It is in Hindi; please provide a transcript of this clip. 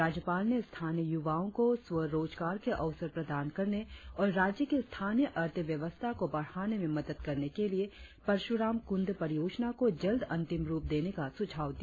राज्यपाल ने स्थानीय युवाओं को स्व रोजगार के अवसर प्रदान करने और राज्य की स्थानीय अर्थव्यवस्था को बढ़ाने में मदद करने के लिए परशुराम कुंड परियोजना को जल्द अंतिम रुप देने का सुझाव दिया